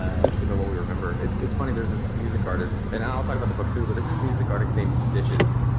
ah but what we remember. it's it's funny there's this music artist and i'll talk about the book who, but there's this music artist named stitches.